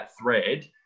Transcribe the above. thread